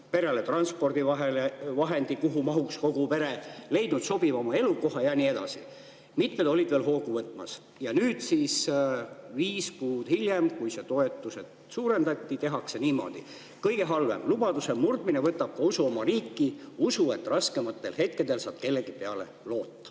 perele transpordivahendi, kuhu mahuks kogu pere, leidnud sobivama elukoha ja nii edasi. Mitmed olid veel hoogu võtmas ja nüüd siis, viis kuud hiljem, kui neid toetusi suurendati, tehakse niimoodi. Kõige halvem: lubaduse murdmine võtab ka usu oma riiki, usu, et raskematel hetkedel saab kellegi peale loota."